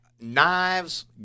Knives